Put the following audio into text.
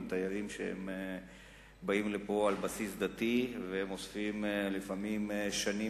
הם תיירים שבאים על בסיס דתי ולפעמים שנים